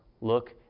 look